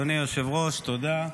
אדוני היושב-ראש, תודה.